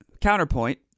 counterpoint